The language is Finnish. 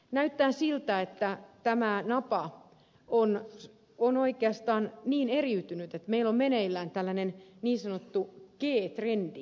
näyttää siltä että tämä napa on oikeastaan niin eriytynyt että meillä on meneillään tällainen niin sanottu g trendi